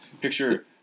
Picture